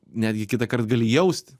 netgi kitąkart gali jausti